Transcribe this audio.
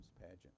pageant